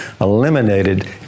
eliminated